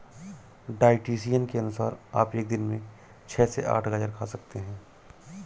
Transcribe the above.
dietitian के अनुसार आप एक दिन में छह से आठ गाजर खा सकते हैं